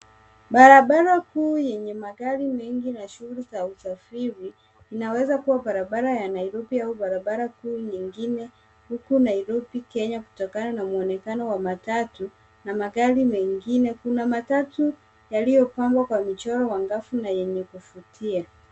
Barabara kuu yenye magari mengi ya shuguli za usafiri, inaweza kuwa barabara ya Nairobi au barabara kuu nyingine huku Nairobi Kenya kutokana na mwonekano wa matatu na magari mengine. Kuna matatu yaliyopambwa kwa michoro angavu na yenye kuvutia.